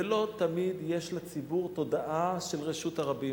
ולא תמיד יש לציבור תודעה של רשות הרבים,